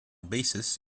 basis